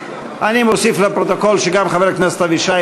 אני מוסיף לפרוטוקול שגם חבר הכנסת אבישי